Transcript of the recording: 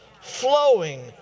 flowing